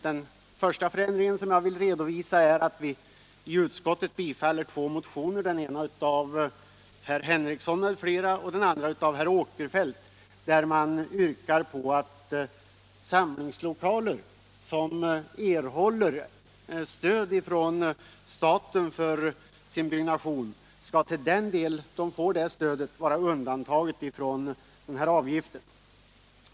Den första förändring som jag vill redovisa är att vi i utskottet biträder två motioner, den ena av herr Henrikson m.fl., den andra av herr Åkerfeldt, där motionärerna yrkar att i den mån man erhåller stöd från staten för byggnation av samlingslokaler skall den del som stöds av staten vara undantagen från avgift.